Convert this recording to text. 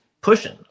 pushing